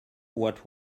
what